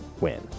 win